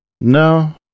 No